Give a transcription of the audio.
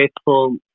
faithful